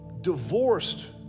divorced